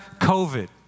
COVID